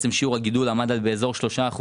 שיעור הגידול עמד על 2.8%,